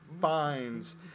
fines